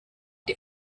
die